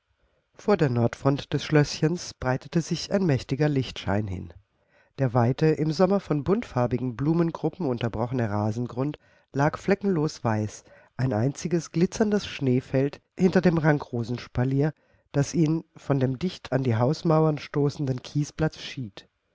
vor der nordfront des schlößchens breitete sich ein mächtiger lichtschein hin der weite im sommer von buntfarbigen blumengruppen unterbrochene rasengrund lag fleckenlos weiß ein einziges glitzerndes schneefeld hinter dem rankrosenspalier das ihn von dem dicht an die hausmauern stoßenden kiesplatz schied